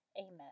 Amen